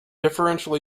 differential